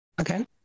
okay